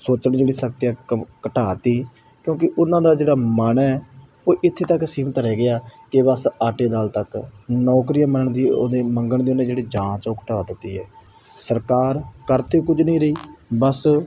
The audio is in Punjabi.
ਸੋਚਣ ਜਿਹੜੀ ਸਕਤੀ ਹੈ ਘ ਘਟਾ ਤੀ ਕਿਉਂਕਿ ਉਹਨਾਂ ਦਾ ਜਿਹੜਾ ਮਨ ਹੈ ਉਹ ਇੱਥੇ ਤੱਕ ਸੀਮਤ ਰਹਿ ਗਿਆ ਕਿ ਬਸ ਆਟੇ ਦਾਲ ਤੱਕ ਨੌਕਰੀਆਂ ਮਿਲਣ ਦੀ ਉਹਦੇ ਮੰਗਣ ਦੇ ਉਹਨੇ ਜਿਹੜੇ ਜਾਂਚ ਆ ਉਹ ਘਟਾ ਦਿੱਤੀ ਹੈ ਸਰਕਾਰ ਕਰ ਅਤੇ ਕੁਝ ਨਹੀਂ ਰਹੀ ਬਸ